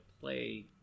play